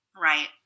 Right